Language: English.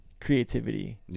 creativity